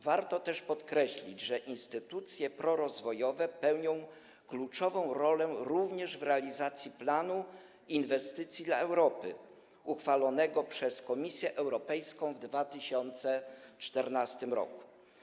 Warto też podkreślić, że instytucje prorozwojowe pełnią kluczową rolę również w realizacji „Planu inwestycyjnego dla Europy” uchwalonego przez Komisję Europejską w 2014 r.